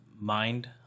mind